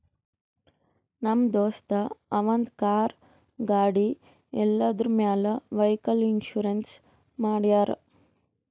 ನಮ್ ದೋಸ್ತ ಅವಂದ್ ಕಾರ್, ಗಾಡಿ ಎಲ್ಲದುರ್ ಮ್ಯಾಲ್ ವೈಕಲ್ ಇನ್ಸೂರೆನ್ಸ್ ಮಾಡ್ಯಾರ್